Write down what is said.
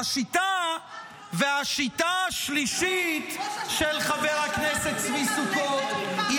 והשיטה השלישית של חבר הכנסת צבי סוכות היא